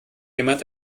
jemand